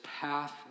path